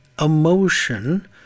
emotion